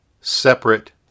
separate